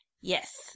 yes